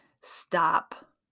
stop